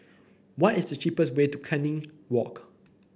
what is the cheapest way to Canning Walk